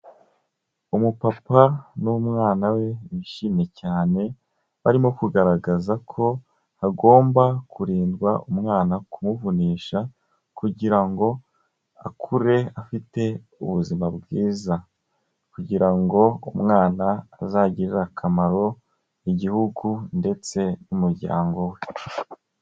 Umupapa n'umwana we bishimye cyane, barimo kugaragaza ko bagomba kurindwa umwana kumuvunisha kugira ngo akure afite ubuzima bwiza, kugira ngo umwana azagirire akamaro igihugu ndetse n'umuryango we.